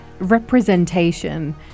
Representation